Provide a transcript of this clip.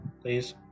Please